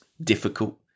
difficult